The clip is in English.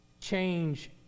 change